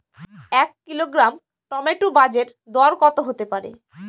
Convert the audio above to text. এক kilogram tomato বাজের দরকত হতে পারে?